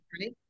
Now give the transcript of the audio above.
right